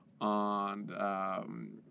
on